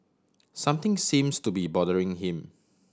something seems to be bothering him